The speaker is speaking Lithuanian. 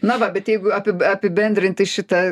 na va bet jeigu api apibendrinti šitą